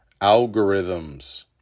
algorithms